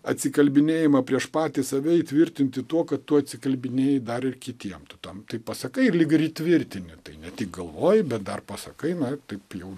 atsikalbinėjimą prieš patį save įtvirtinti tuo kad tu atsikalbinėji dar ir kitiem tu tam tai pasakai ir lyg ir įtvirtini tai ne tik galvoji bet dar pasakai na tai jau